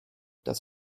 das